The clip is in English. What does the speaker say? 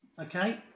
okay